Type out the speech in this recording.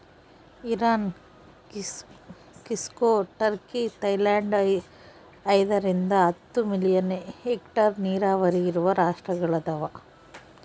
Iran Mexico Turkey Thailand ಐದರಿಂದ ಹತ್ತು million hectare ನೀರಾವರಿ ಇರುವ ರಾಷ್ಟ್ರಗಳದವ